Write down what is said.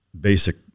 basic